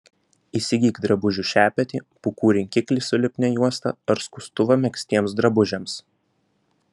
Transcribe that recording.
įsigyk drabužių šepetį pūkų rinkiklį su lipnia juosta ar skustuvą megztiems drabužiams